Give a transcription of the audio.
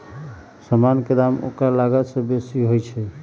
समान के दाम ओकर लागत से बेशी होइ छइ